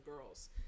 girls